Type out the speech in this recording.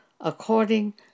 according